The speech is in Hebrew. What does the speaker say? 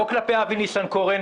לא כלפי אבי ניסנקורן,